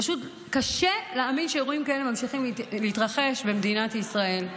פשוט קשה להאמין שאירועים כאלה ממשיכים להתרחש במדינת ישראל.